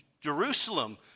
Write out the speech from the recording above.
Jerusalem